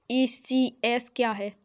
ECS क्या है?